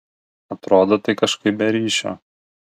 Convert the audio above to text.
atrodo tai kažkaip be ryšio